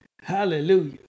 hallelujah